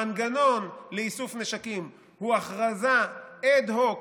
המנגנון לאיסוף נשקים הוא הכרזה אד-הוק